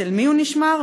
אצל מי הוא נשמר?